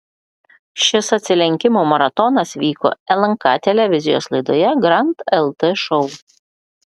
šis atsilenkimų maratonas vyko lnk televizijos laidoje grand lt šou